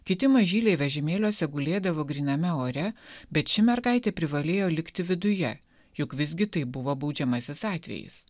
kiti mažyliai vežimėliuose gulėdavo gryname ore bet ši mergaitė privalėjo likti viduje juk visgi tai buvo baudžiamasis atvejis